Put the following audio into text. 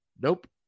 Nope